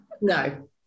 no